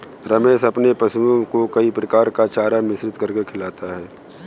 रमेश अपने पशुओं को कई प्रकार का चारा मिश्रित करके खिलाता है